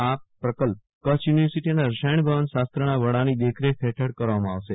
આ પ્રકલ્પ કચ્છ યુ નિવર્સિટીના રસાયણભવન શાસ્ત્રના વડાની દેખરેખ હેઠળ કરવામાં આવશે